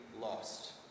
lost